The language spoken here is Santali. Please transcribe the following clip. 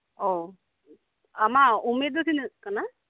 ᱳ ᱟᱢᱟᱜ ᱩᱢᱮᱨ ᱫᱚ ᱛᱤᱱᱟᱹᱜ ᱠᱟᱱᱟ